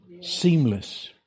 seamless